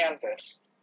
canvas